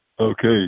Okay